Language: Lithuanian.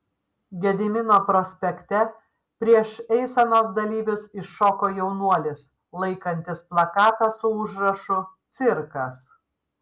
gedimino prospekte prieš eisenos dalyvius iššoko jaunuolis laikantis plakatą su užrašu cirkas